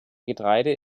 getreide